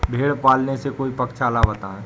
भेड़े पालने से कोई पक्षाला बताएं?